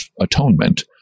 Atonement